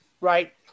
Right